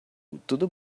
tudo